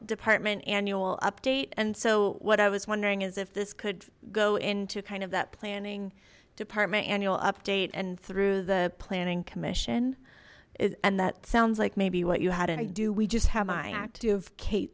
department annual update and so what i was wondering is if this could go into kind of that planning department annual update and through the planning commission and that sounds like maybe what you had and do we just have my active kate